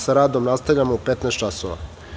Sa radom nastavljamo u 15.00 časova.